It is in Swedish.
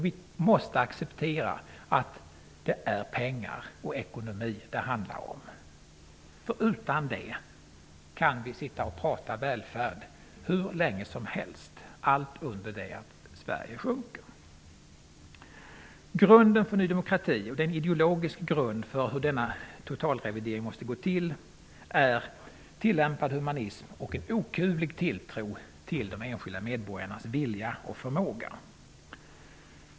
Vi måste acceptera att det är pengar och ekonomi det handlar om, för utan det kan vi sitta och prata välfärd hur länge som helst, allt under det att Sverige sjunker. Grunden för Ny demokrati, den ideologiska grunden för hur denna totalrevidering måste gå till, är tillämpad humanism och en okuvlig tilltro till de enskilda medborgarnas vilja och förmåga.